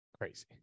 Crazy